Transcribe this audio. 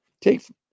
Take